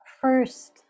first